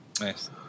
Nice